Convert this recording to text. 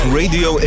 radio